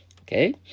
Okay